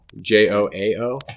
J-O-A-O